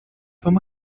vom